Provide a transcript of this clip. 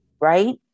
Right